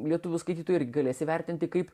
lietuvių skaitytojai irgi galės įvertinti kaip